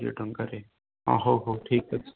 ଏଇ ଟଙ୍କାରେ ହଁ ହଉ ହଉ ଠିକ୍ ଅଛି